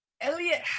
Elliot